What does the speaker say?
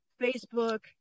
Facebook